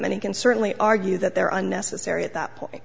many can certainly argue that there are unnecessary at that point